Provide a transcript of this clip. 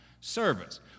service